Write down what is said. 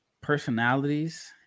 personalities